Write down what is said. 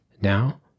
Now